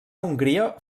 hongria